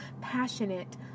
passionate